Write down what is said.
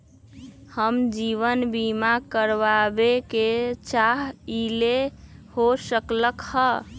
हम जीवन बीमा कारवाबे के चाहईले, हो सकलक ह?